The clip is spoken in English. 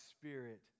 spirit